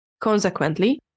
Consequently